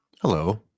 Hello